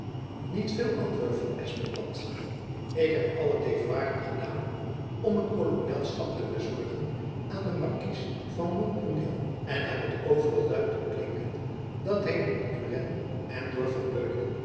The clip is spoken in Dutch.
niet veel antwoordde van espenblad ik heb alle devoiren gedaan om een kolonelschap te bezorgen aan den markies de montpouillan en heb het overal luid doen klinken dat hy door turenne en door van beuningen